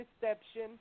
deception